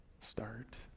start